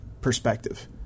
perspective